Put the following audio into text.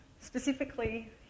Specifically